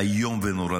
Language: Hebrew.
איום ונורא.